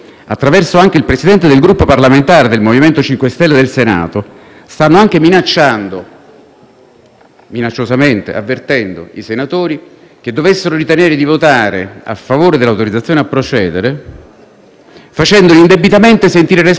minacciosamente avvertendo i senatori che dovessero ritenere di votare a favore dell'autorizzazione a procedere, facendoli indebitamente sentire responsabili della tenuta del Governo. Questo è grave, molto grave.